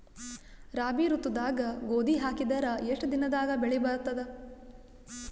ರಾಬಿ ಋತುದಾಗ ಗೋಧಿ ಹಾಕಿದರ ಎಷ್ಟ ದಿನದಾಗ ಬೆಳಿ ಬರತದ?